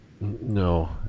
No